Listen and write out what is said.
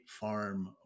farm